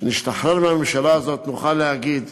שנשתחרר מהממשלה הזאת, נוכל להגיד: